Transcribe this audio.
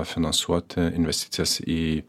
finansuot investicijas į